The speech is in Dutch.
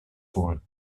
voor